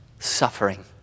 suffering